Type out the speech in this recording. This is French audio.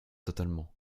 totalement